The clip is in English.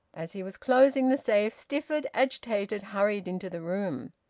as he was closing the safe, stifford, agitated, hurried into the room.